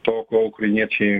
to ko ukrainiečiai